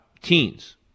teens